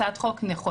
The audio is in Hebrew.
הצעת חוק נכונה.